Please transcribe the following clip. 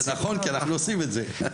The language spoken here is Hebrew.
נכון, כי אנחנו עושים את זה.